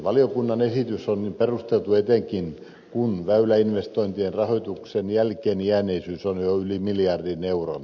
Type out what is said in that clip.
valiokunnan esitys on perusteltu etenkin kun väyläinvestointien rahoituksen jälkeenjääneisyys on jo yli miljardi euroa